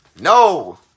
No